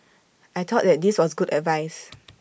I thought that this was good advice